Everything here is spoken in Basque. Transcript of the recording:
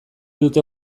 dute